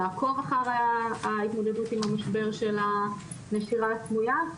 לעקוב אחר ההתמודדות עם המשבר של הנשירה הסמויה,